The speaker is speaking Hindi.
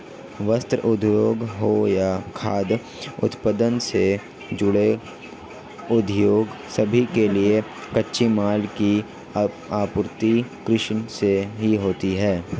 वस्त्र उद्योग हो या खाद्य उत्पादन से जुड़े उद्योग सभी के लिए कच्चे माल की आपूर्ति कृषि से ही होती है